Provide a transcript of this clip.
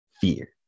fear